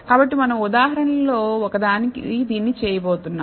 కాబట్టి మనం ఉదాహరణలలో ఒకదానికి దీనిని చేయబోతున్నాం